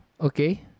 Okay